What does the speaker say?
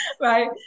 right